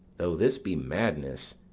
though this be madness,